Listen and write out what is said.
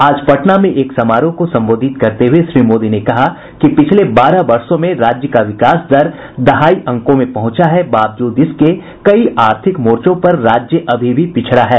आज पटना में एक समारोह को संबोधित करते हुए श्री मोदी ने कहा कि पिछले बारह वर्षों में राज्य का विकास दर दहाई अंकों में पहुंचा है बावजूद इसके कई आर्थिक मोर्चों पर राज्य अभी भी पिछड़ा है